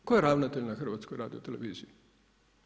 Tko je ravnatelj na HRT-u?